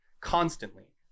constantly